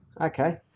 okay